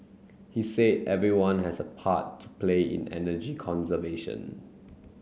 he said everyone has a part to play in energy conservation